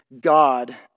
God